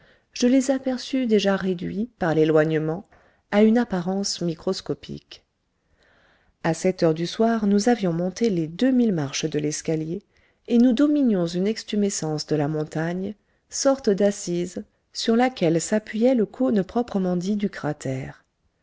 je les aperçus déjà réduits par l'éloignement à une apparence microscopique a sept heures du soir nous avions monté les deux mille marches de l'escalier et nous dominions une extumescence de la montagne sorte d'assise sur laquelle s'appuyait le cône proprement dit du cratère